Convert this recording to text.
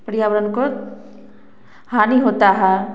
पर्यावरण को हानि होता है